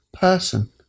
person